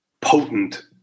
potent